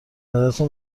نظرتون